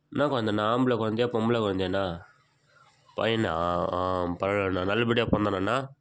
என்ன குழந்தண்ணா ஆம்பளை குழந்தயா பொம்பளை குழந்தயாண்ணா பையனா ஆ பழ ந நல்லபடியாக பிறந்தானாண்ணா